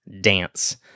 dance